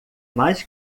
mais